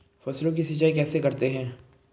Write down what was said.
फसलों की सिंचाई कैसे करते हैं?